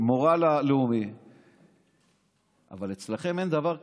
המורל הלאומי, אבל אצלכם אין דבר כזה.